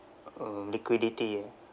um liquidity eh